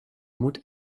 moet